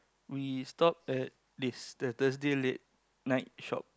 we stop at this the Thursday late night shop